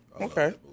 Okay